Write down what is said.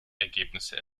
ergebnisse